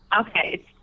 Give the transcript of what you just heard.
Okay